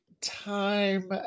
Time